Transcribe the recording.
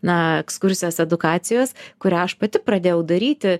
na ekskursijos edukacijos kurią aš pati pradėjau daryti